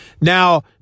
Now